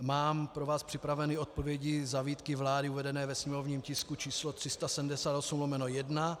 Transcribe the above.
Mám pro vás připraveny odpovědi na výtky vlády uvedené ve sněmovním tisku číslo 378/1.